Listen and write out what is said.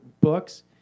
books